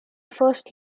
first